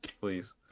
Please